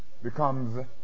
becomes